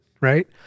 right